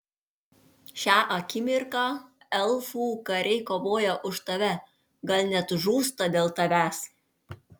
šią akimirką elfų kariai kovoja už tave gal net žūsta dėl tavęs